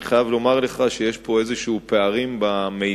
אני חייב לומר לך שיש פה פערים במידע,